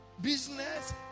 business